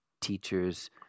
teachers